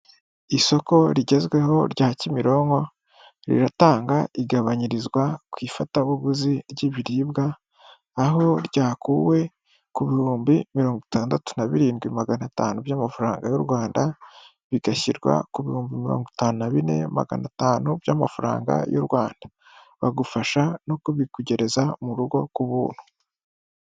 Isoko rigezweho rya kimironko riratanga igabanyirizwa ku ifatabuguzi ry'ibiribwa aho ryakuwe ku bihumbi mirongo itandatu na birindwi magana atanu by'amafaranga y'u Rwanda bigashyirwa ku bihumbi mirongo itanu bine magana atanu by'amafaranga y'u Rwanda bagufasha no kubikugereza mu rugo ku buntu.